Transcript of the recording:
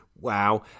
Wow